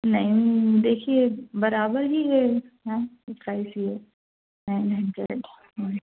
نہیں دیکھیے برابر ہی ہے میم اس ٹائپ ہی ہے نائن ہنڈریڈ ہوں